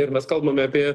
ir mes kalbame apie